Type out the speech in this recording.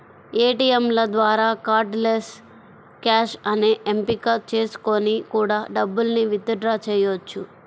ఏటియంల ద్వారా cardless cash అనే ఎంపిక చేసుకొని కూడా డబ్బుల్ని విత్ డ్రా చెయ్యొచ్చు